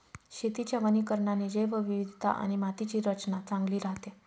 शेतीच्या वनीकरणाने जैवविविधता आणि मातीची रचना चांगली राहते